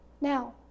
Now